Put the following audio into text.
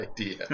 idea